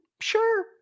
sure